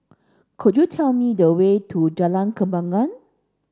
could you tell me the way to Jalan Kembangan